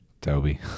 Toby